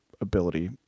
ability